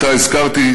שאותה הזכרתי,